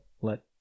let